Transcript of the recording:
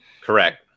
Correct